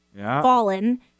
fallen